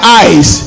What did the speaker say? eyes